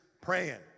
praying